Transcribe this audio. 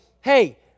hey